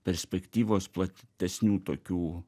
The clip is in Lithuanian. perspektyvos platesnių tokių